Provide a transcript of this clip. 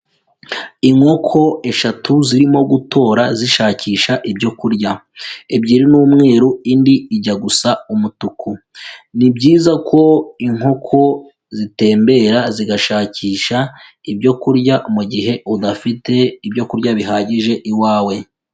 Inkoko eshatu zirimo gutora zishakisha ibyo kurya, ebyiri ni umweru indi ijya gusa umutuku, ni byiza ko inkoko zitembera zigashakisha ibyo kurya mu gihe udafite ibyo kurya bihagije iwawe.